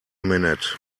minute